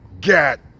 get